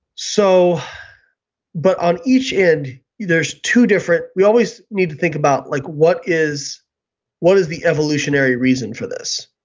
so but on each end there's two different, we always need to think about like what is what is the evolutionary reason for this,